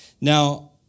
Now